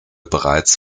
bereits